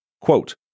quote